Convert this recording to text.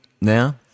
now